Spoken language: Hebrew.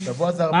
שבוע זה הרבה זמן.